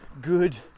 good